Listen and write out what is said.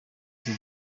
icyo